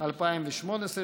התשע"ח 2018,